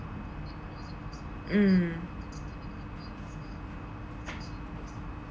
mm